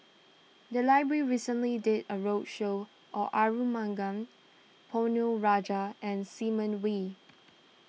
the library recently did a roadshow on Arumugam Ponnu Rajah and Simon Wee